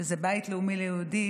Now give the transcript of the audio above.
שזה בית לאומי ליהודים,